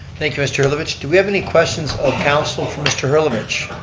thank you, mr. herlovich. do we have any questions of council for mr. herlovich?